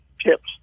tips